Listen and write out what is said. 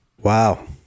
Wow